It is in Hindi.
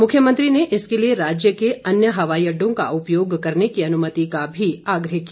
मुख्यमंत्री ने इसके लिए राज्य के अन्य हवाई अड्डों का उपयोग करने की अनुमति का भी आग्रह किया